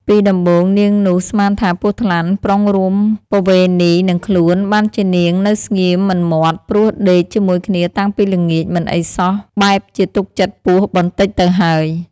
ពីដំបូងនាងនោះស្មានថា ពស់ថ្លាន់ប្រុងរួមបវេណីនិងខ្លួនបានជានាងនៅស្ងៀមមិនមាត់ ព្រោះដេក ជាមួយគ្នាតាំងពីល្ងាចមិនអីសោះបែបជាទុកចិត្ដពស់បន្ដិចទៅហើយ។